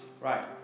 Right